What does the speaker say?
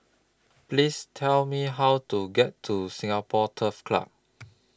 Please Tell Me How to get to Singapore Turf Club